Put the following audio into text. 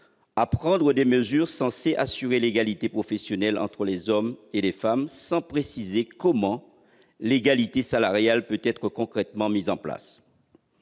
à prendre des mesures censées assurer l'égalité professionnelle entre les hommes et les femmes, sans préciser comment l'égalité salariale peut être concrètement mise en place.